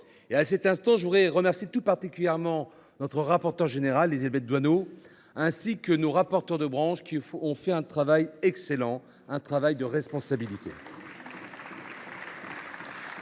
En cet instant, je voudrais remercier tout particulièrement notre rapporteure générale, Élisabeth Doineau, et nos rapporteurs de branche, qui ont fait un excellent travail, en responsabilité.